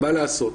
מה לעשות,